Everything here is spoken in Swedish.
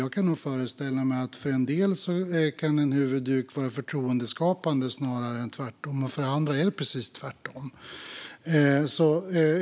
Jag kan nog föreställa mig att en huvudduk kan vara förtroendeskapande snarare än tvärtom för en del, och för andra är det precis tvärtom.